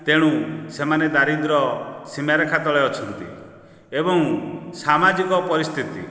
ତେଣୁ ସେମାନେ ଦାରିଦ୍ର୍ୟ ସୀମାରେଖା ତଳେ ଅଛନ୍ତି ଏବଂ ସାମାଜିକ ପରିସ୍ଥିତି